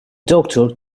doctor